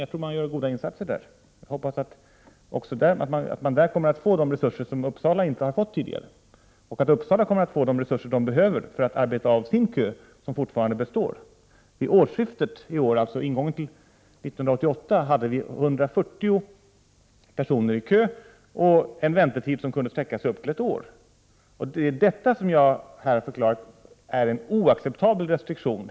Jag tror att man gör goda insatser där, och jag hoppas att man där kommer att få de resurser som Uppsala landsting inte har fått tidigare. Dessutom hoppas jag att Uppsala landsting kommer att få de resurser som behövs för att arbeta av sin kö, som fortfarande består. Vid årsskiftet 1987-1988 fanns det 140 personer i kön, och väntetiden kunde sträcka sig upp till ett år. Det är detta som är en oacceptabel restriktion.